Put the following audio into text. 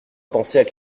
penser